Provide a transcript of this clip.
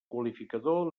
qualificador